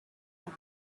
that